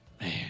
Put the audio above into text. Man